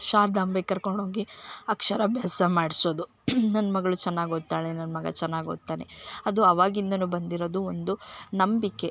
ಶಾರದಾಂಬೆಗ್ ಕರ್ಕೊಂಡು ಹೋಗಿ ಅಕ್ಷರ ಅಭ್ಯಾಸ ಮಾಡಿಸೋದು ನನ್ನ ಮಗಳು ಚೆನ್ನಾಗ್ ಓದ್ತಾಳೆ ನನ್ನ ಮಗ ಚೆನ್ನಾಗ್ ಓದ್ತಾನೆ ಅದು ಅವಾಗಿಂದ ಬಂದಿರೋದು ಒಂದು ನಂಬಿಕೆ